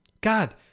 God